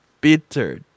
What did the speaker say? bitter